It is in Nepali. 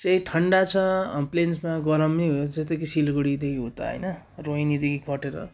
त्यही थन्डा छ प्लेन्समा गरम नै हुन्छ जस्तो कि सिलगढीदेखि उता होइन रोहिनीदेखि कटेर